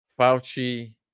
Fauci